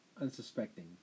unsuspecting